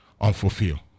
unfulfilled